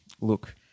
Look